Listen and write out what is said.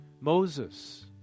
Moses